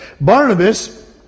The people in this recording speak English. Barnabas